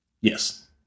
Yes